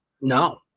No